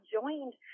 joined